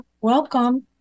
Welcome